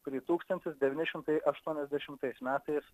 kurį tūkstantis devyni šimtai aštuoniasdešimtais metais